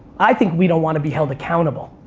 i think we don't want to be held accountable.